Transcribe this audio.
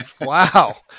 Wow